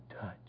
touch